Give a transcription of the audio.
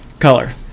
color